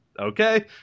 okay